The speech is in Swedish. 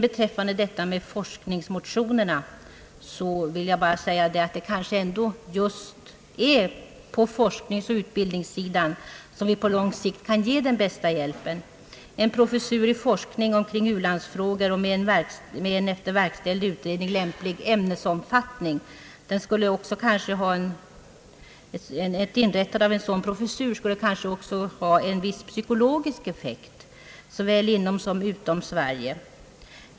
Beträffande forskningsmotionerna vill jag säga att det kanske ändå är på forskningsoch utbildningssidan som vi på lång sikt kan ge den bästa hjälpen. Inrättandet av en »vrofessur i forskning kring u-landsfrågan med en efter verkställd utredning fastställd ämnesomfattning skulle måhända också få en viss psykologisk effekt, såväl inom som utom Sverige.